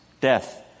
death